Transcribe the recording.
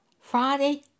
Friday